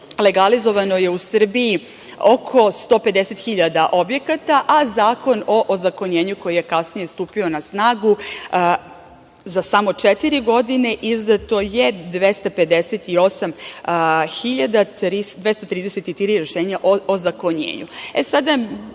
legalizovano je u Srbiji oko 150.000 objekata, a Zakon o ozakonjenju koji je kasnije stupio na snagu, za samo četiri godine izdato je 258.233 rešenja o ozakonjenju. Po